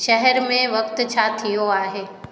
शहर में वक़्तु छा थियो आहे